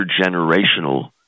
intergenerational